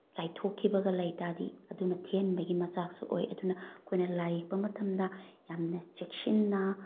ꯆꯥꯏꯊꯣꯛꯈꯤꯕꯒ ꯂꯩꯇꯥꯗꯤ ꯑꯗꯨꯅ ꯊꯤꯍꯟꯕꯒꯤ ꯃꯆꯥꯛꯁꯨ ꯑꯣꯏ ꯑꯗꯨꯅ ꯑꯩꯈꯣꯏꯅ ꯂꯥꯏ ꯌꯦꯛꯄ ꯃꯇꯝꯗ ꯌꯥꯝꯅ ꯆꯦꯛꯁꯤꯟꯅ